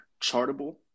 chartable